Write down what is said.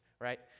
right